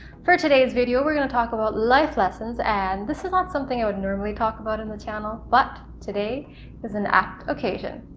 for today's video we're gonna talk about life lessons, and this is not something i would normally talk about in the channel, but today is an apt occasion.